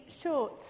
short